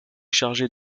chargée